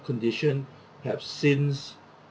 condition have since